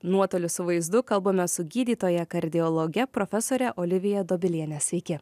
nuotoly su vaizdu kalbamės su gydytoja kardiologe profesore olivija dobiliene sveiki